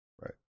Right